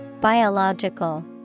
Biological